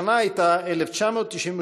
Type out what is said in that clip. השנה הייתה 1992,